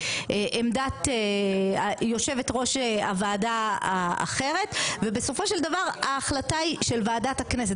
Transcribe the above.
עמדת יושבת ראש הוועדה האחרת ובסופו של דבר ההחלטה היא של ועדת הכנסת.